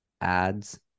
ads